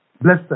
Blessed